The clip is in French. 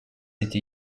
été